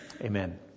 Amen